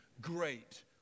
great